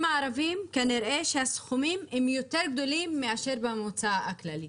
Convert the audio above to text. הערבים כנראה שהסכומים הם יותר גדולים מאשר במגזר הכללי.